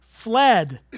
fled